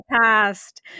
past